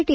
T